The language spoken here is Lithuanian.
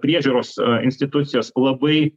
priežiūros institucijos labai